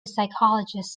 psychologist